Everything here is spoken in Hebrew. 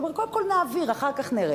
הוא אומר: קודם כול נעביר, אחר כך נראה.